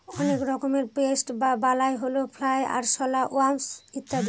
অনেক রকমের পেস্ট বা বালাই হল ফ্লাই, আরশলা, ওয়াস্প ইত্যাদি